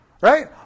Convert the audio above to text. Right